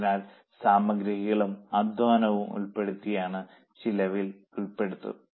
അതിനാൽ സാമഗ്രികളും അധ്വാനവും ഉൾപ്പെടുത്താത്തത് ചെലവിൽ ഉൾപ്പെടുത്തും